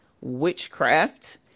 witchcraft